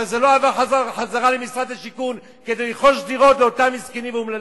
אבל זה לא עבר חזרה למשרד השיכון כדי לרכוש דירות לאותם מסכנים אומללים.